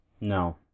No